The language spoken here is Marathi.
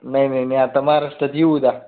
नाही नाही नाही आता महाराष्ट्रात येऊ द्या